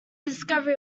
discovery